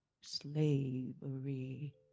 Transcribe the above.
slavery